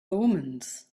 omens